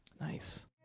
Nice